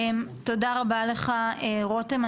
תודה רבה לך רותם.